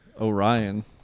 Orion